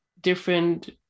different